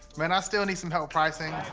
man, i still need some help pricing.